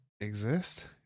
exist